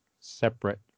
separate